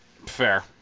Fair